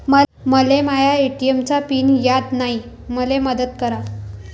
मले माया ए.टी.एम चा पिन याद नायी, मले मदत करा